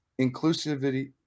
inclusivity